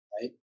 right